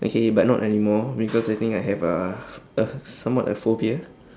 okay but not anymore because I think I have a a somewhat a phobia